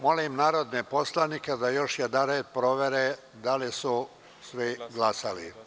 Molim narodne poslanike da još jednom provere da li su svi glasali.